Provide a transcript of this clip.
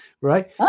right